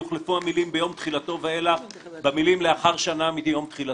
יוחלפו המילים "ביום תחילתו ואילך" במילים "לאחר שנה מיום תחילתו".